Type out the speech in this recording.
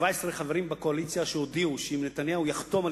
17 חברים בקואליציה שהודיעו שאם נתניהו יחתום על